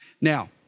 Now